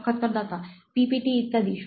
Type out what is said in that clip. সাক্ষাৎকারদাতা পিপিটি ইত্যাদি